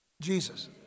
Jesus